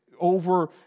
over